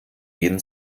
jeden